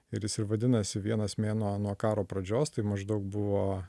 ir jis ir vadinasi vienas mėnuo nuo karo pradžios tai maždaug buvo